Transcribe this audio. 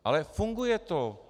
Ale funguje to.